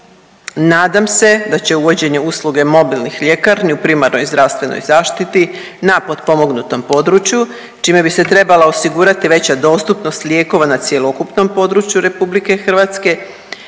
nadam se da će uvođenje usluge mobilnih ljekarni u primarnoj zdravstvenoj zaštiti na potpomognutom području, čime bi se trebala osigurati veća dostupnost lijekova na cjelokupnom području RH, svakako